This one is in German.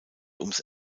ums